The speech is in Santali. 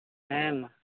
ᱦᱮᱸ ᱢᱟ